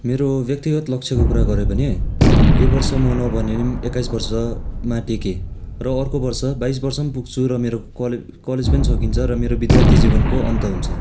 मेरो व्यक्तिगत लक्ष्यको कुरा गऱ्यो भने यो वर्ष म नभने पनि एक्काइस वर्षमा टेकेँ र अर्को वर्ष बाइस वर्ष पनि पुग्छु र मेरो कले कलेज पनि सकिन्छ र मेरो विद्यार्थी जीवनको अन्त हुन्छ